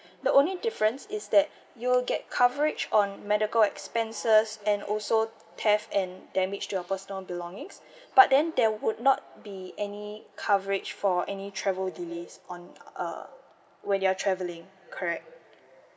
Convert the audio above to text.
the only difference is that you'll get coverage on medical expenses and also theft and damage to your personal belongings but then there would not be any coverage for any travel delays on uh when you're travelling correct